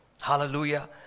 Hallelujah